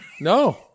No